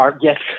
Yes